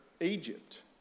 Egypt